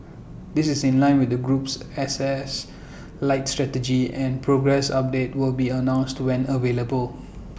this is in line with the group's assets light strategy and progress updates will be announced to when available